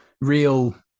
real